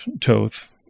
Toth